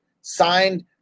signed